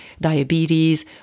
diabetes